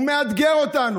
הוא מאתגר אותנו,